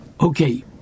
okay